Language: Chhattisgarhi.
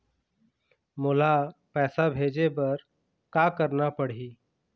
मोला पैसा भेजे बर का करना पड़ही?